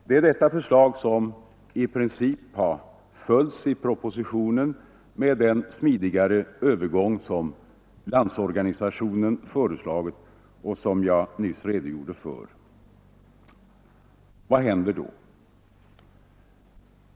Det är detta förslag som i princip har följts i propositionen med den smidigare övergång som Landsorganisationen föreslagit och som jag nyss redogjorde för. Vad händer då?